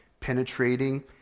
Penetrating